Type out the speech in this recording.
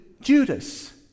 Judas